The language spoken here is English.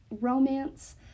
romance